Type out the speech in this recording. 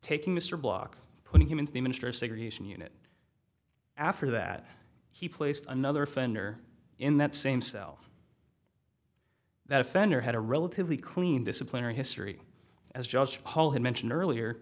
taking mr block putting him into the ministry of segregation unit after that he placed another offender in that same cell that offender had a relatively clean disciplinary history as judge hall had mentioned earlier